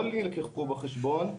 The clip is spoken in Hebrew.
לא נלקחו בחשבון.